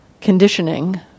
conditioning